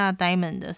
diamonds